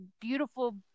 beautiful